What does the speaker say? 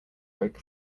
break